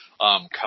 Come